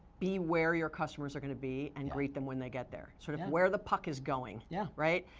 be where your customers are going to be, and greet them when they get there. yeah. sort of where the puck is going. yeah. right.